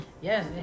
Yes